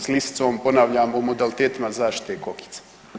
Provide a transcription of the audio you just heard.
S lisicom ponavljam o modalitetima zaštite kokica.